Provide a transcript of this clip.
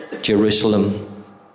Jerusalem